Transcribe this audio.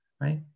right